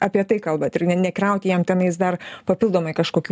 apie tai kalbat ir ne nekrauti jam tenais dar papildomai kažkokių